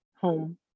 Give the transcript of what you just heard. home